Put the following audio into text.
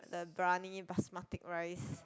the biryani basmati rice